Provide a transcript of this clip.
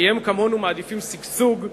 כי הם כמונו מעדיפים שגשוג,